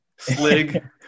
Slig